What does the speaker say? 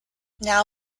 now